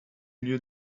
lieu